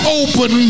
open